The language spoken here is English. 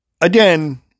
again